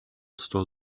stole